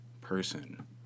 person